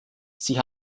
sie